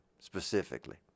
specifically